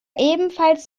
ebenfalls